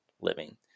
living